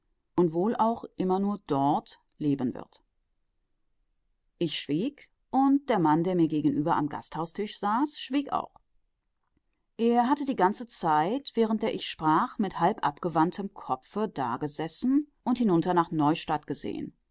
dort leben wird ich schwieg und der mann der mir gegenüber am gasthaustisch saß schwieg auch er hatte die ganze zeit während der ich sprach mit halb abgewandtem kopfe dagesessen und hinunter nach neustadt